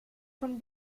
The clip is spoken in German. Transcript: von